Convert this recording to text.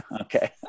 Okay